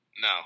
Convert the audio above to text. No